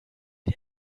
der